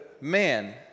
man